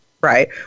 right